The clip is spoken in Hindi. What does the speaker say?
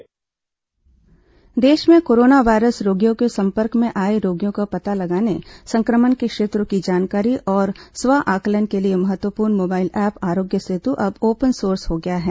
आरोग्य सेतु ऐप देश में कोरोना वायरस रोगियों के सम्पर्क में आए रोगियों का पता लगाने संक्रमण के क्षेत्रों की जानकारी और स्व आकलन के लिए महत्वपूर्ण मोबाइल ऐप आरोग्य सेतु अब ओपन सोर्स हो गया है